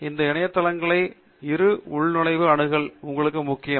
இந்த இணையதளங்களை இரு உள்நுழைவு அணுகல் எங்களுக்கு முக்கியம்